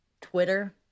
Twitter